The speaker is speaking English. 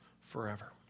forever